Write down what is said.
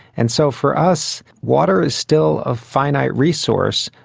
and so for us, water is still a finite resource,